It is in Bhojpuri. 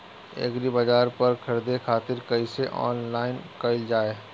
एग्रीबाजार पर खरीदे खातिर कइसे ऑनलाइन कइल जाए?